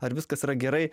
ar viskas yra gerai